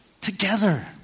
together